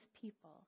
people